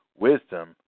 wisdom